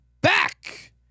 back